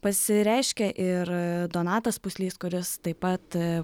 pasireiškė ir donatas puslys kuris taip pat